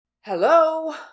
Hello